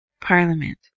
Parliament